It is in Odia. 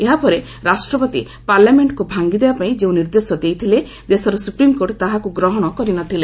ଏହାପରେ ରାଷ୍ଟ୍ରପତି ପାର୍ଲାମେଣ୍ଟକୁ ଭାଙ୍ଗିଦେବାପାଇଁ ଯେଉଁ ନିର୍ଦ୍ଦେଶ ଦେଇଥିଲେ ଦେଶର ସୁପ୍ରିମ୍କୋର୍ଟ ତାହାକୁ ଗ୍ରହଣ କରି ନ ଥିଲେ